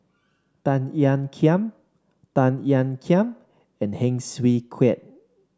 Tan Ean Kiam Tan Ean Kiam and Heng Swee Keat